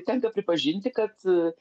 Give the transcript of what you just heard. tenka pripažinti kad